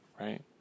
right